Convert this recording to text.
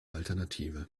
alternative